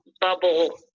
bubble